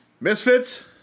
Misfits